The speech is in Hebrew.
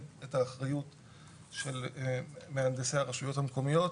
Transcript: את האחריות של מהנדסי הרשויות המקומיות,